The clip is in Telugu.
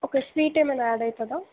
ఒక స్వీట్ ఏమన్న యాడ్ అవుతుందా